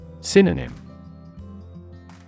Synonym